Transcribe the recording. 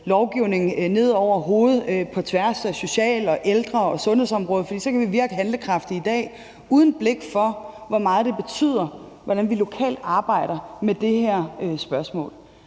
lovgivning ned over hovedet på tværs af social-, ældre- og sundhedsområdet, for så kan vi virke handlekraftige i dag, men uden blik for, hvor meget det betyder, hvordan vi lokalt arbejder med det her spørgsmål,